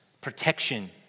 Protection